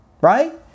right